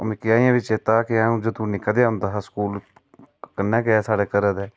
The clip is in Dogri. मिगी अजैं बी चेता आऊं जदूं निक्का जेहा होंदा हा कन्नै गै सारे घरै दे